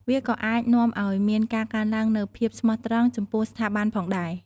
វាក៏អាចនាំឱ្យមានការកើនឡើងនូវភាពស្មោះត្រង់ចំពោះស្ថាប័នផងដែរ។